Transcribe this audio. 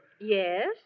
Yes